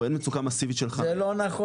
או אין מצוקה מאסיבית של חניה.